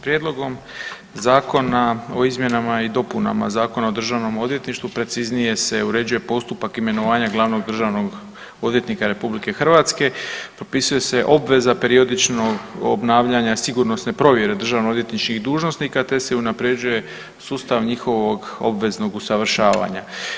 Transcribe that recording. Prijedlogom zakona o izmjenama i dopunama Zakona o državnom odvjetništvu preciznije se uređuje postupak imenovanja glavnog Državnog odvjetnika RH, propisuje se obveza periodičnog obnavljanja sigurnosne provjere državno odvjetničkih dužnosnika, te se unaprjeđuje sustav njihovog obveznog usavršavanja.